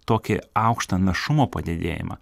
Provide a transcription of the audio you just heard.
tokį aukštą našumo padidėjimą